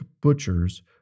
butchers